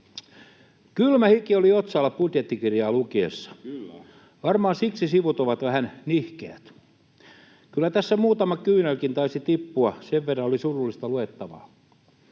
Kylmä hiki oli otsalla budjettikirjaa lukiessa, varmaan siksi sivut ovat vähän nihkeät. Kyllä tässä muutama kyynelkin taisi tippua, sen verran oli surullista luettavaa: